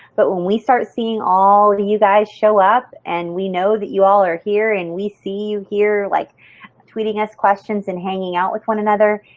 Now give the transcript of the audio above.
but when we start seeing all these guys show up and we know that you all are here and we see you here like tweeting us questions and hanging out with one another,